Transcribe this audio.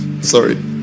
Sorry